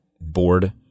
bored